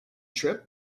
trip